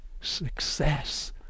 success